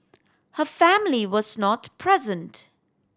her family was not present